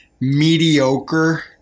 mediocre